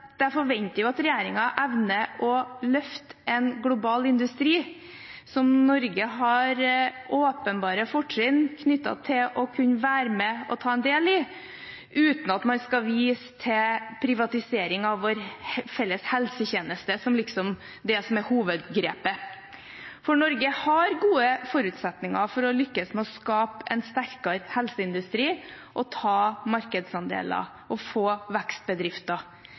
jeg forventer at regjeringen evner å løfte en global industri som Norge har åpenbare fortrinn knyttet til å kunne være med og ta del i, uten at man skal vise til privatisering av vår felles helsetjeneste som det som liksom er hovedgrepet, for Norge har gode forutsetninger for å lykkes med å skape en sterkere helseindustri, ta markedsandeler og få vekstbedrifter.